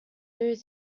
due